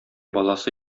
баласы